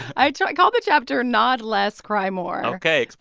i so i called the chapter not less, cry more ok.